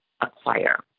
acquire